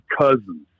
cousins